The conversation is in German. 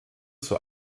zur